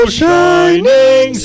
shining